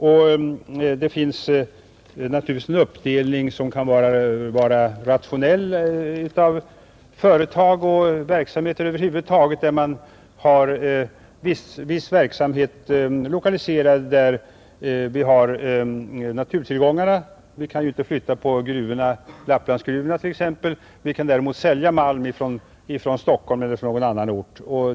Det kan naturligtvis förekomma en uppdelning som kan vara rationell av företag och verksamheter över huvud taget, där en del av verksamheten kan vara lokaliserad i anslutning till naturtillgångarna. Vi kan t.ex. inte flytta på Lapplandsgruvorna, men vi kan däremot sälja malm från Stockholm eller från någon annan ort.